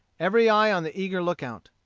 every eye on the eager lookout.